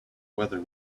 whether